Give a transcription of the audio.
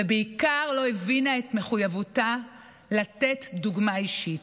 ובעיקר לא הבינה את מחויבותה לתת דוגמה אישית.